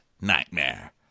nightmare